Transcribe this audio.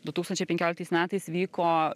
du tūkstančiai penkioliktais metais vyko